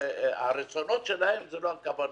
הרצונות שלהם זה לא הכוונות.